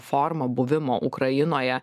forma buvimo ukrainoje